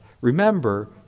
remember